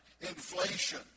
inflation